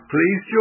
Please